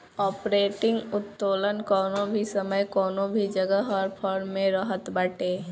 operating उत्तोलन कवनो भी समय कवनो भी जगह हर फर्म में रहत बाटे